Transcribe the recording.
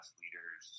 leaders